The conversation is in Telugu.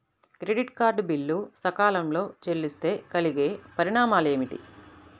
క్రెడిట్ కార్డ్ బిల్లు సకాలంలో చెల్లిస్తే కలిగే పరిణామాలేమిటి?